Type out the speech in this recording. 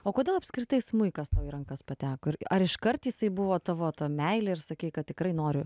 o kodėl apskritai smuikas tau į rankas pateko ir ar iškart jisai buvo tavo ta meilė ir sakei kad tikrai noriu